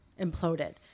Imploded